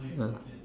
ya